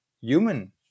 human